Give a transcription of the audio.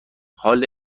حال